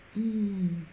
mm